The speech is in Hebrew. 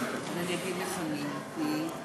הרווחה והבריאות של הכנסת.